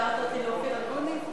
השארת אותי לאופיר אקוניס.